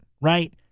right